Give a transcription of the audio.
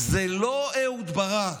זה לא אהוד ברק,